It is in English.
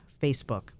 Facebook